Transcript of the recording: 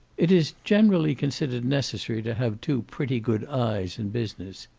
it is generally considered necessary to have two pretty good eyes in business.